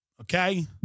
okay